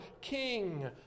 king